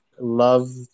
Love